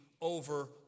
over